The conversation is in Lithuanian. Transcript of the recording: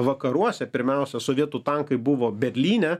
vakaruose pirmiausia sovietų tankai buvo berlyne